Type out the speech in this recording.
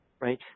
right